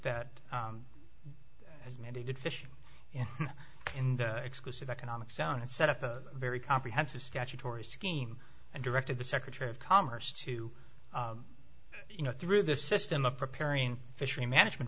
that as mandated fishing in the exclusive economic zone and set up a very comprehensive statutory scheme and directed the secretary of commerce to you know through the system of preparing fishery management